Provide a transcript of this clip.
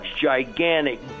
gigantic